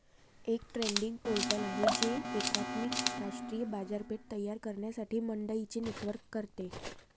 एक trading portal आहे जे एकात्मिक राष्ट्रीय बाजारपेठ तयार करण्यासाठी मंडईंचे नेटवर्क करते